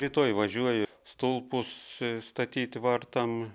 rytoj važiuoju stulpus statyt vartam